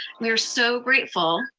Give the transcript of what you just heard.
we were so grateful,